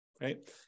right